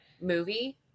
movie